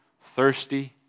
thirsty